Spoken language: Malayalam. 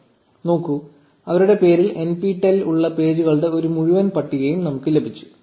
1053 നോക്കൂ അവരുടെ പേരിൽ nptel ഉള്ള പേജുകളുടെ ഒരു മുഴുവൻ പട്ടികയും നമ്മൾക്ക് ലഭിച്ചു